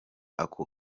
ako